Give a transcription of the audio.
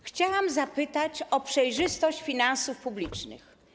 Chciałam zapytać o przejrzystość finansów publicznych.